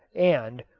and,